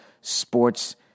sports